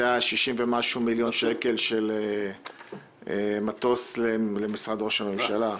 זה 60 ומשהו מיליון שקל של מטוס למשרד ראש הממשלה.